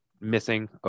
missing